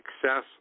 success